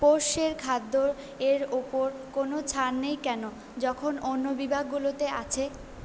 পোষ্যের খাদ্যর এর ওপর কোনও ছাড় নেই কেন যখন অন্য বিভাগগুলোতে আছে